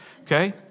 okay